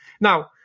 Now